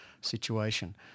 situation